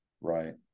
right